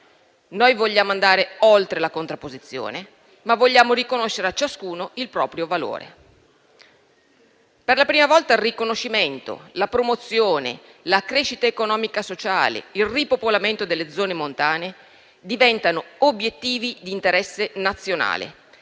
Noi vogliamo andare oltre la contrapposizione, ma anche riconoscere a ciascuno il proprio valore. Per la prima volta, il riconoscimento, la promozione, la crescita economica e sociale e il ripopolamento delle zone montane diventano obiettivi di interesse nazionale